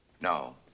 No